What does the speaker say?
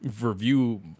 review